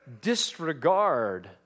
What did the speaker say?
disregard